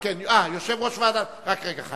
חיים, רק רגע.